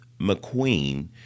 McQueen